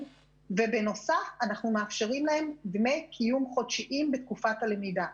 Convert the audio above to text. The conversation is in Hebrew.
ובנוסף אנחנו מאפשרים להם דמי קיום חודשיים בתקופת הלמידה.